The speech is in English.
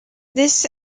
this